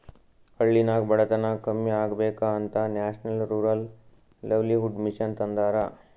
ಹಳ್ಳಿನಾಗ್ ಬಡತನ ಕಮ್ಮಿ ಆಗ್ಬೇಕ ಅಂತ ನ್ಯಾಷನಲ್ ರೂರಲ್ ಲೈವ್ಲಿಹುಡ್ ಮಿಷನ್ ತಂದಾರ